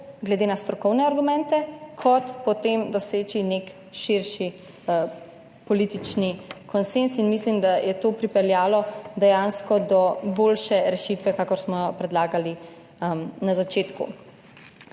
glede na strokovne argumente, potem pa doseči nek širši politični konsenz. In mislim, da je to pripeljalo dejansko do boljše rešitve, kakor smo jo predlagali na začetku.